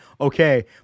okay